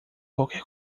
qualquer